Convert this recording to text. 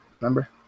remember